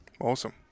Awesome